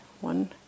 One